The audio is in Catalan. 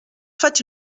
faig